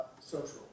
social